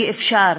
אי-אפשר